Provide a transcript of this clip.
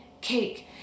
cake